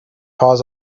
paws